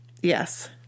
Yes